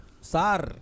Sar